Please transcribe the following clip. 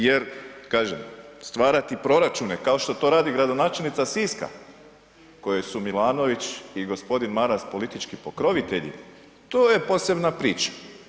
Jer kažem, stvarati proračune kao što to radi gradonačelnica Siska kojoj su Milanović i g. Maras politički pokrovitelji, to je posebna priča.